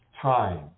time